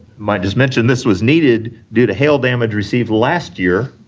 mike just mentioned this was needed due to hail damage received last year.